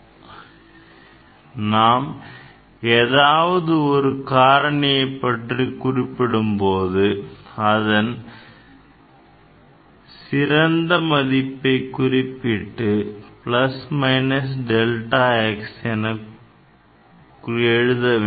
ஆகவே நாம் ஏதாவது ஒரு காரணியை பற்றிக் குறிப்பிடும் போது அதன் சிறந்த மதிப்பை குறிப்பிட்டு plus minus delta x என எழுத வேண்டும்